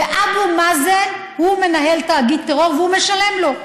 ואבו מאזן הוא מנהל תאגיד טרור והוא משלם לו.